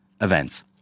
events